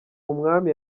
umwami